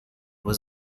was